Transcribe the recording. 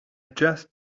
just